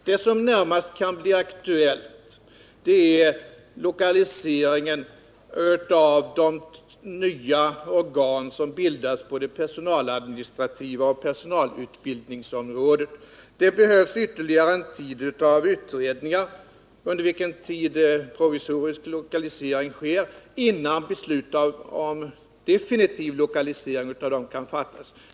Det som närmast kan bli aktuellt är lokaliseringen av de nya organ som bildas på det personaladministrativa området och personalutbildningsområdet. Här behövs ytterligare en tid av utredningar, under vilken tid provisorisk lokalisering sker, innan beslut om definitiv lokalisering kan fattas.